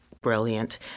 brilliant